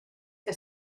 que